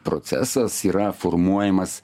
procesas yra formuojamas